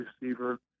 receiver